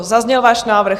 Zazněl váš návrh?